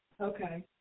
Okay